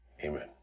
amen